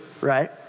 right